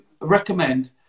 recommend